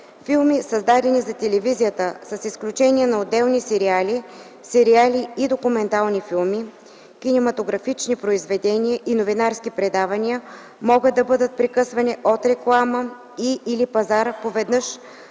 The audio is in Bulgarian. Филми, създадени за телевизията (с изключение на отделни серии, сериали и документални филми), кинематографични произведения и новинарски предавания могат да бъдат прекъсвани от реклама и/или пазар по веднъж